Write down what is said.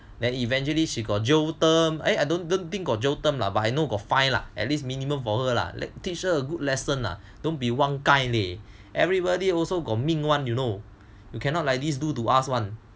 then eventually she got jail term I don't think got jail term lah but I know got fine lah at least minimum for her lah teach her a good lesson lah don't be one kind leh everybody also got 命 [one] you know you cannot like this do to us [one]